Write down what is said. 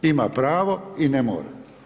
Ima pravo i ne mora.